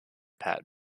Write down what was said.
pat